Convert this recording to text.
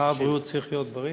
שר הבריאות צריך להיות בריא?